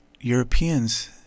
Europeans